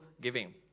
giving